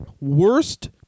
worst